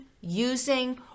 using